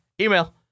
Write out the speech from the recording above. email